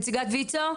נציגת ויצו?